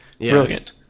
brilliant